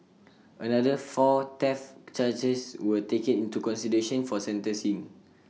another four theft charges were taken into consideration for sentencing